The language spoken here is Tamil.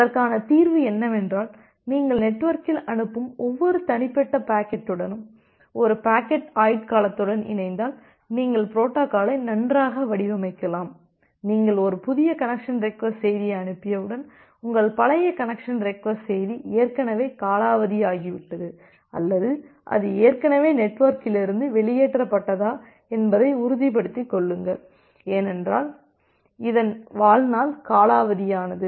அதற்கான தீர்வு என்னவென்றால் நீங்கள் நெட்வொர்க்கில் அனுப்பும் ஒவ்வொரு தனிப்பட்ட பாக்கெட்டுடனும் ஒரு பாக்கெட் ஆயுட்காலத்துடன் இணைந்தால் நீங்கள் பொரோட்டோகாலை நன்றாக வடிவமைக்கலாம் நீங்கள் ஒரு புதிய கனெக்சன் ரெக்வஸ்ட் செய்தியை அனுப்பியவுடன் உங்கள் பழைய கனெக்சன் ரெக்வஸ்ட் செய்தி ஏற்கனவே காலாவதி ஆகிவிட்டது அல்லது அது ஏற்கனவே நெட்வொர்கிலிருந்து வெளியேற்றப்பட்டதா என்பதை உறுதிப்படுத்திக் கொள்ளுங்கள் ஏனெனில் இதன் வாழ்நாள் காலாவதியானது